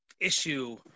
issue